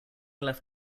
left